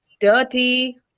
dirty